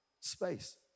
space